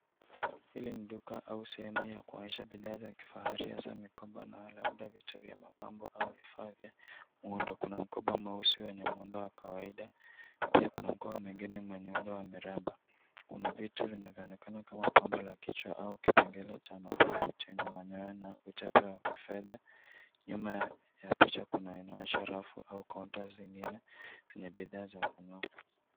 Hili ni duka au sehemu ya kuonyesha bidhaa za kifahari hasa mikoba na labda vitu vya mapambo au vifaa vya muundo. Kuna mkoba mweusi wenye muundo wa kawaida, pia kuna mkoba mwingine mwenye muundo wa mraba. Kuna vitu vinavyoonekana kama pambo la kichwa au kipengele cha mapambo chenye manyoya na uchepe ya fedha. Nyuma ya picha kuna yenye inaonyesha rafu au kaunta zingine zenye bidhaa za kung'aa.